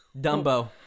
Dumbo